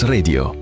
Radio